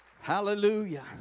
hallelujah